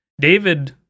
David